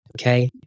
Okay